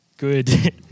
Good